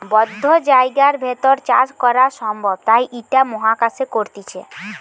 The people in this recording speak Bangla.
বদ্ধ জায়গার ভেতর চাষ করা সম্ভব তাই ইটা মহাকাশে করতিছে